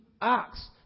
ox